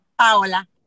Paola